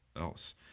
else